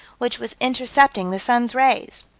which was intercepting the sun's rays.